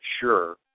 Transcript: sure